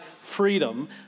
freedom